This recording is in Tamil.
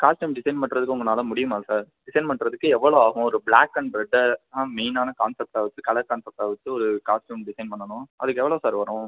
காஸ்ட்டியூம் டிசைன் பண்ணுறதுக்கு உங்கனால முடியுமா சார் டிசைன் பண்ணுறதுக்கு எவ்வளோ ஆகும் ஒரு பிளாக் அன்ட் ரெட்டை மெயினான கான்சப்ட்டாக வச்சு கலர் கான்சப்ட்டாக வச்சு ஒரு காஸ்ட்டியூம் டிசைன் பண்ணனும் அதற்கு எவ்வளோ சார் வரும்